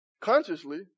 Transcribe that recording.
consciously